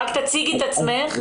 רק תציגי את עצמך.